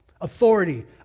authority